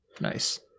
Nice